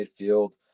midfield